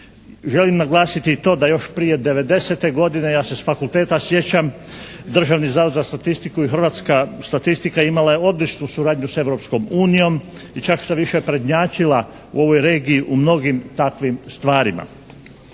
Želim naglasiti i to da još prije '90. godine, ja se s fakulteta sjećam, Državni zavod za statistiku i Hrvatska statistika imala je odličnu suradnju sa Europskom unijom. I čak štoviše prednjačila u ovoj regiji u mnogim takvim stvarima.